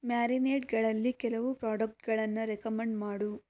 ಮ್ಯಾರಿನೇಡ್ಗಳಲ್ಲಿ ಕೆಲವು ಪ್ರಾಡಕ್ಟ್ಗಳನ್ನು ರೆಕಮೆಂಡ್ ಮಾಡು